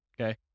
okay